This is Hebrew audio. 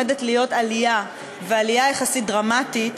ועלייה יחסית דרמטית,